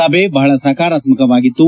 ಸಭೆ ಬಹಳ ಸಕಾರಾತ್ಮಕವಾಗಿತು